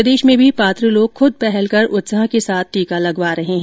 प्रदेश में भी पात्र लोग खूद पहल कर उत्साह के साथ टीका लगवा रहे हैं